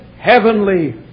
Heavenly